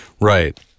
Right